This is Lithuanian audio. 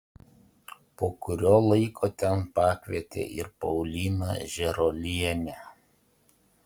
po kurio laiko ten pakvietė ir pauliną žėruolienę